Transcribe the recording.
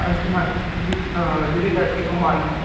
ਹਾਂਜੀ ਹਾਂਜੀ ਜਿਹਦੇ ਕਰਕੇ ਬਿਮਾਰੀ ਆ